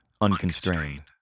unconstrained